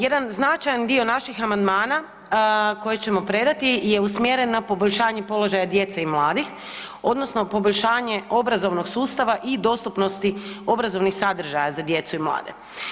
Jedan značajan dio naših amandmana koje ćemo predati je usmjeren na poboljšanje položaja djece i mladih, odnosno poboljšanje obrazovnog sustava i dostupnosti obrazovnih sadržaja za djecu i mlade.